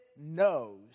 knows